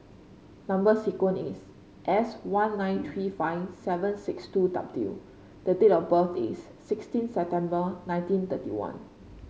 number sequence is S one nine three five seven six two W the date of birth is sixteen September nineteen thirty one